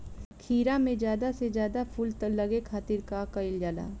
खीरा मे ज्यादा से ज्यादा फूल लगे खातीर का कईल जाला?